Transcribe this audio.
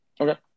Okay